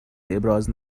ابراز